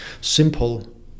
simple